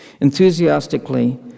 Enthusiastically